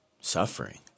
suffering